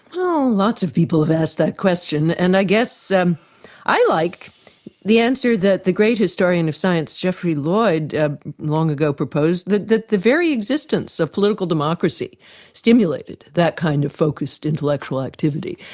well, lots of people have asked that question and i guess um i like the answer that the great historian of science geoffrey lloyd long ago proposed that the the very existence of political democracy stimulated that kind of focussed intellectual activity.